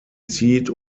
seat